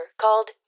called